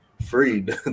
Freed